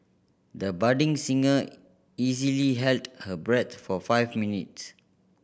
the budding singer easily held her breath for five minutes